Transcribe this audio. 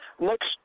Next